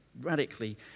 radically